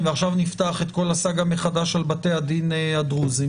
ועכשיו נפתח את כל הסאגה מחדש על בתי הדין הדרוזים.